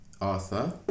Arthur